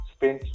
Spain